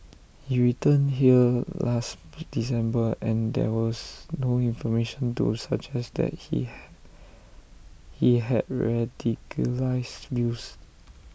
he returned here last December and there was no information to suggest that he had he had radicalised views